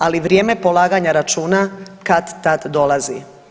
Ali vrijeme polaganja računa kad-tad dolazi.